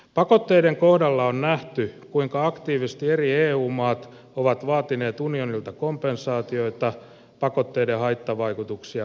pakotteiden kohdalla on nähty kuinka aktiivisesti eri eu maat ovat vaatineet unionilta kompensaatioita pakotteiden haittavaikutuksia vähentämään